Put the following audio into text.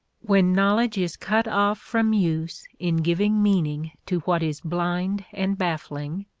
when knowledge is cut off from use in giving meaning to what is blind and baffling,